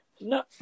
No